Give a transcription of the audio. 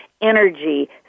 energy